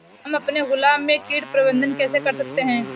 हम अपने गुलाब में कीट प्रबंधन कैसे कर सकते है?